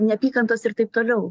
neapykantos ir taip toliau